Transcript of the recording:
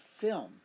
film